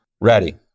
ready